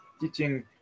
teaching